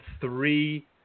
three